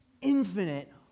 infinite